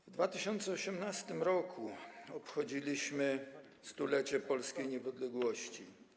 W 2018 r. obchodziliśmy 100-lecie polskiej niepodległości.